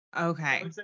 okay